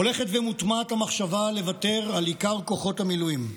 הולכת ומוטמעת המחשבה לוותר על עיקר כוחות המילואים,